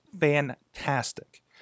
fantastic